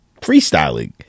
freestyling